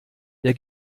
der